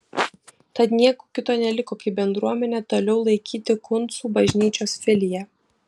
tad nieko kito neliko kaip bendruomenę toliau laikyti kuncų bažnyčios filija